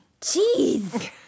jeez